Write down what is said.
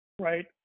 Right